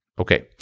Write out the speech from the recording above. okay